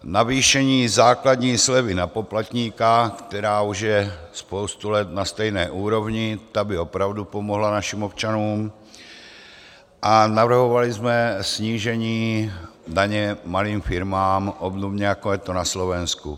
Navýšení základní slevy na poplatníka, která už je spoustu let na stejné úrovni, ta by opravdu pomohla našim občanům, a navrhovali jsme snížení daně malým firmám, obdobně jako je to na Slovensku.